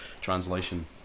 translation